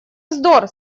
вздор